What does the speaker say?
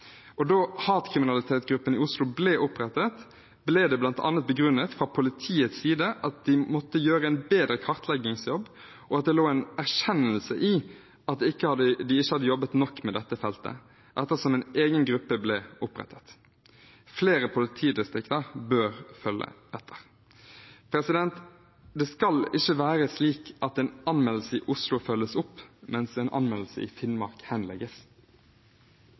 Da hatkriminalitetsgruppen i Oslo ble opprettet, ble det bl.a. begrunnet fra politiets side at de måtte gjøre en bedre kartleggingsjobb, og at det lå en erkjennelse i at de ikke hadde jobbet nok med dette feltet, ettersom en egen gruppe ble opprettet. Flere politidistrikt bør følge etter. Det skal ikke være slik at en anmeldelse i Oslo følges opp, mens en anmeldelse i Finnmark henlegges.